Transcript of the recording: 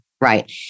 Right